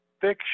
fiction